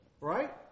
Right